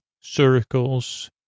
circles